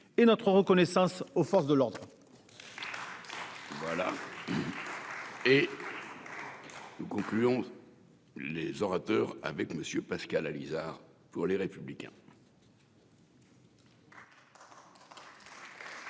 notre reconnaissance aux forces de l'ordre.